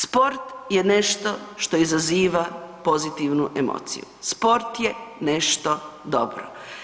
Sport je nešto što izaziva pozitivnu emociju, sport je nešto dobro.